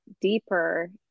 deeper